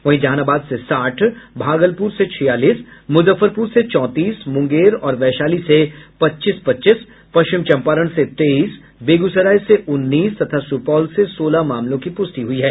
वहीं जहानाबाद से साठ भागलपुर से छियालीस मुजफ्फरपुर से चौंतीस मुंगेर और वैशाली से पच्चीस पच्चीस पश्चिम चम्पारण से तेईस बेगूसराय से उन्नीस तथा सुपौल से सोलह मामलों की पुष्टि हुई है